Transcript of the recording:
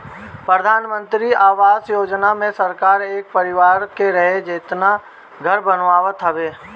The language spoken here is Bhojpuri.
प्रधानमंत्री आवास योजना मे सरकार एक परिवार के रहे जेतना घर बनावत हवे